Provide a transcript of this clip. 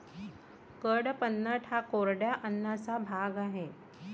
कडपह्नट हा कोरड्या अन्नाचा भाग आहे